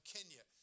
Kenya